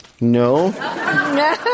No